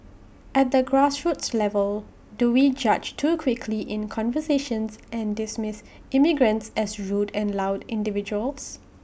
at the grassroots level do we judge too quickly in conversations and dismiss immigrants as rude and loud individuals